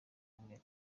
ukomeye